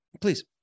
please